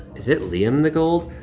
is it liam the gold?